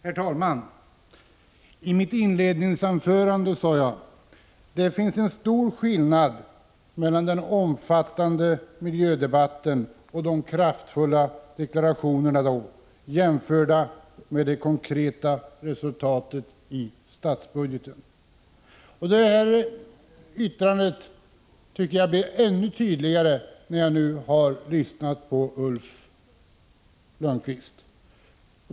Herr talman! I mitt inledningsanförande sade jag att det finns en stor skillnad mellan den omfattande miljödebatten och de kraftfulla deklarationerna jämfört med de konkreta resultaten i statsbudgeten. Detta yttrande tycker jag blir ännu tydligare sedan jag har lyssnat på Ulf Lönnqvists anförande.